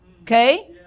Okay